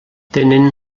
tenen